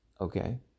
Okay